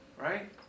right